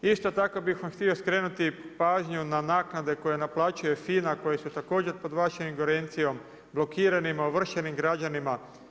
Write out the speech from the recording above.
Isto tako bih vam htio skrenuti pažnju na naknade koje naplaćuje FINA, koje su također pod vašom ingerencijom, blokiranim, ovršenim građanima.